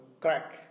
crack